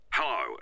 Hello